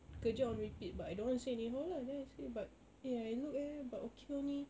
kerja on repeat but I don't want to say anyhow lah then I say but eh I look eh but okay only